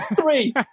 Three